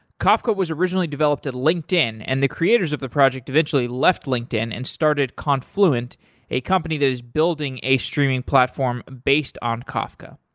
kafka was originally developed at linkedin and the creators of the project eventually left linkedin and started confluent a company that was building a streaming platform based on kafka.